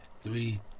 three